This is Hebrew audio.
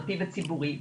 פרטי וציבורי,